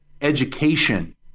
education